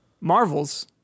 Marvel's